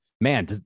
man